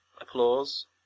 applause